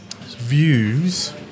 views